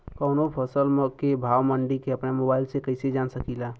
कवनो फसल के भाव मंडी के अपना मोबाइल से कइसे जान सकीला?